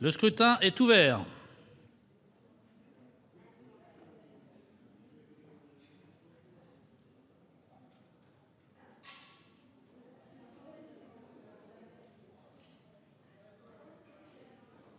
Le scrutin est ouvert.